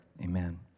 amen